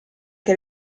che